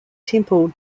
temple